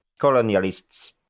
colonialists